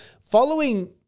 Following